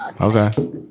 Okay